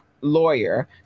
lawyer